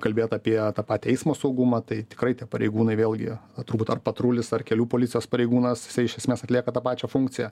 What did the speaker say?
kalbėt apie tą patį eismo saugumą tai tikrai tie pareigūnai vėlgi turbūt ar patrulis ar kelių policijos pareigūnas iš esmės atlieka tą pačią funkciją